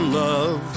love